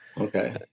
Okay